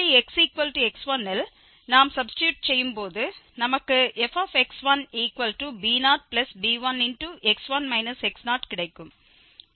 நாம் சப்ஸ்டிட்யூட் செய்யும் போது நமக்கு fx1b0b1x1 x0 கிடைக்கும்